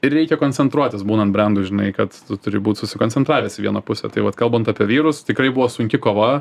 ir reikia koncentruotis būnant brendu žinai kad tu turi būt susikoncentravęs į vieną pusę tai vat kalbant apie vyrus tikrai buvo sunki kova